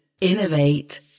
innovate